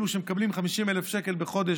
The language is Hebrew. אלה שמקבלים 50,000 שקל בחודש,